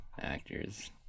actors